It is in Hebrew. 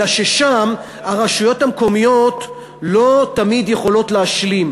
אלא ששם הרשויות המקומיות לא תמיד יכולות להשלים.